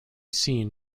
seen